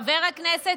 חבר הכנסת